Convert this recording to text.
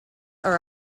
are